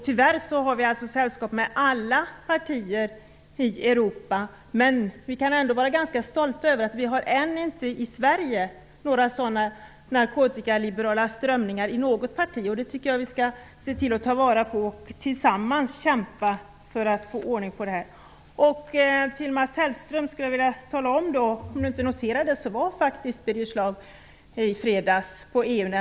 Tyvärr finns de i alla partier i Europa. Men vi kan ändå vara ganska stolta över att vi i Sverige ännu inte har några sådana narkotikaliberala strömningar i något parti. Det skall vi se till att ta vara på, och vi skall kämpa tillsammans för att få ordning på det här. För Mats Hellström vill jag berätta, om det inte noterades, att Birger Schlaug var på EU-nämnden i fredags.